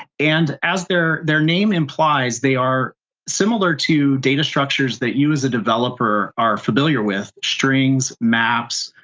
and as their their name implies, they are similar to data structures that you as a developer are familiar with, strings, maps,